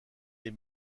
les